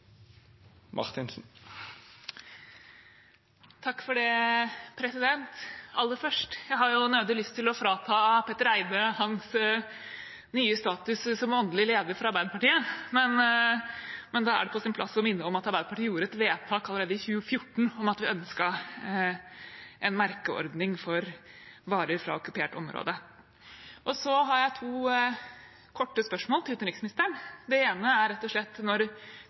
Det vert replikkordskifte. Aller først har jeg nødig lyst til å frata representanten Petter Eide hans nye status som åndelig leder for Arbeiderpartiet, men det er på sin plass å minne om at Arbeiderpartiet gjorde et vedtak allerede i 2014 om at vi ønsket en merkeordning for varer fra okkupert område. Så har jeg to korte spørsmål til utenriksministeren. Det ene er rett og slett: